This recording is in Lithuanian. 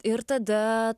ir tada